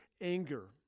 anger